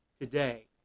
today